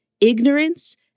Ignorance